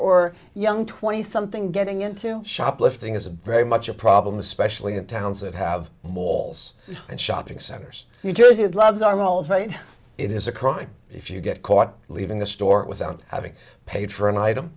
or young twenty something getting into shoplifting is very much a problem especially in towns that have mall and shopping centers new jersey loves are malls right it is a crime if you get caught leaving the store without having paid for an item